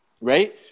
Right